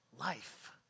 life